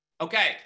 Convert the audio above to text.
Okay